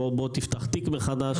בוא תפתח תיק מחדש.